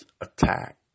attack